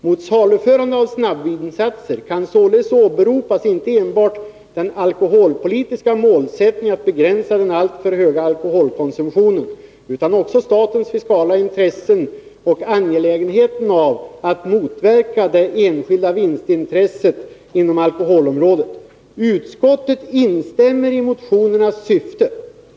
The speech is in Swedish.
Mot saluförandet av snabbvinsatser kan således åberopas inte enbart den alkoholpolitiska målsättningen att begränsa den alltför höga alkoholkonsumtionen utan också statens fiskala intressen och angelägenheten av att motverka det enskilda vinstintresset inom alkoholområdet. Utskottet instämmer i motionernas syfte.